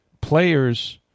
Players –